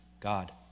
God